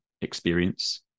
experience